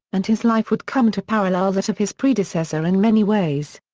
and his life would come to parallel that of his predecessor in many ways.